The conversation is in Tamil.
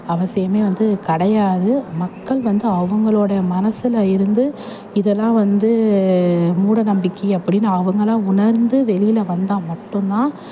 அவசியமே வந்து கிடையாது மக்கள் வந்து அவங்களோட மனசில் இருந்து இதெல்லாம் வந்து மூடநம்பிக்கை அப்படின்னு அவங்களா உணர்ந்து வெளியில் வந்தால் மட்டுந்தான்